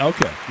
Okay